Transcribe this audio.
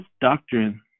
doctrine